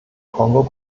kongo